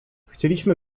chcieliśmy